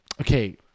Okay